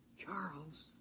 Charles